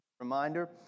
reminder